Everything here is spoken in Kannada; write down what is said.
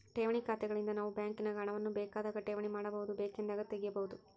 ಠೇವಣಿ ಖಾತೆಗಳಿಂದ ನಾವು ಬ್ಯಾಂಕಿನಾಗ ಹಣವನ್ನು ಬೇಕಾದಾಗ ಠೇವಣಿ ಮಾಡಬಹುದು, ಬೇಕೆಂದಾಗ ತೆಗೆಯಬಹುದು